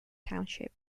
township